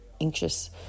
anxious